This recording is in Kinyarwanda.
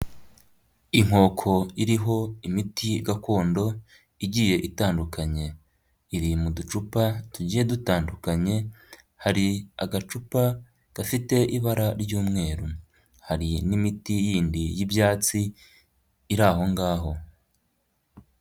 Inkoko iriho imiti gakondo, igiye itandukanye. Iri mu ducupa tugiye dutandukanye, hari agacupa gafite ibara ry'umweru. Hari n'imiti yindi y'ibyatsi, iri ahongaho.